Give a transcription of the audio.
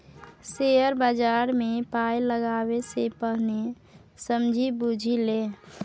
share बजारमे पाय लगेबा सँ पहिने समझि बुझि ले